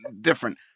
different